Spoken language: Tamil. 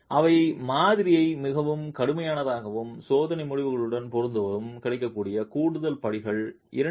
எனவே இவை மாதிரியை மிகவும் கடுமையானதாகவும் சோதனை முடிவுகளுடன் பொருந்தவும் கிடைக்கக்கூடிய கூடுதல் படிகள்